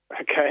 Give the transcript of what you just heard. Okay